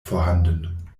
vorhanden